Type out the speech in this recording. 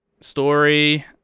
Story